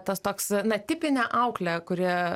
tas toks na tipinė auklė kuri